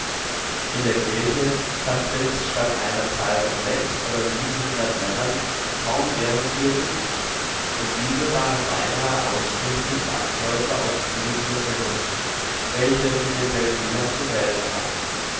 in der kirche fand fritz statt einer zahl von sechs oder siebenhundert männern kaum deren vier dutzend und diese waren beinahe ausschließlich landleute aus umliegenden gehöften welche mit den seldwylern zu wählen hatten